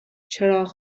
چراغ